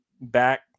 back